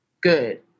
good